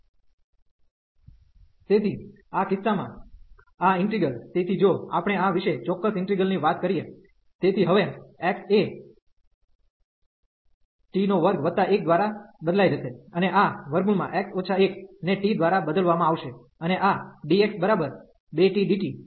તેથી આ કિસ્સામાં આ ઈન્ટિગ્રલ તેથી જો આપણે આ વિશે ચોક્કસ ઈન્ટિગ્રલ ની વાત કરીએ તેથી હવે x એ t21 દ્વારા બદલાઈ જશે અને આ x 1 ને t દ્વારા બદલવામાં આવશે અને આ dx2t dt